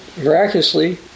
miraculously